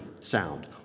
sound